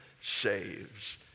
saves